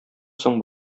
соң